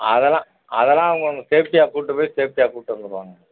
அதெலாம் அதெலாம் அவங்க உங்களை சேஃப்ட்டியாக கூட்டி போய் சேஃப்ட்டியாக கூட்டி வந்திடுவாங்க